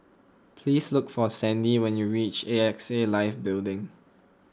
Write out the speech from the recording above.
please look for Sandi when you reach A X A Life Building